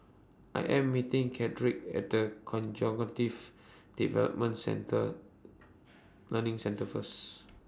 I Am meeting Chadrick At The Conjunctives Development Contre Learning Centre First